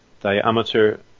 diameter